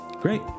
Great